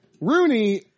Rooney